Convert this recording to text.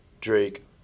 Drake